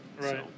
Right